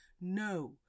no